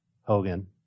Hogan